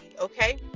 okay